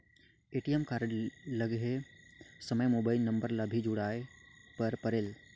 ATM card लहे समय mobile number ला भी जुड़वाए बर परेल?